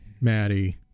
Maddie